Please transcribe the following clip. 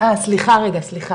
סליחה רגע סליחה,